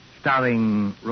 starring